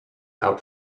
out